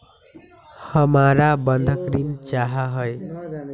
हमरा बंधक ऋण चाहा हई